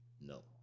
No